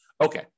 Okay